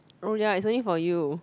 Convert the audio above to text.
oh ya it's only for you